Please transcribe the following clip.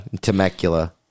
Temecula